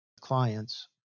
clients